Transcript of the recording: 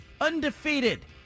undefeated